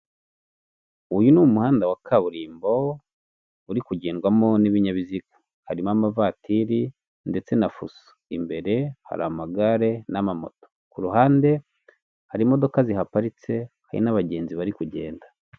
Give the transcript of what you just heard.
Uyu ni umuhanda wa kaburimbo uri kugendwamo n'ibinyabiziga harimo amavatiri ndetse na fuso, imbere hari amagare n'amamoto, ku ruhande hari imodoka zihaparitse hari n'abagenzi bari kugenda.